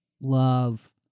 love